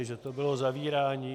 Že to bylo zavírání.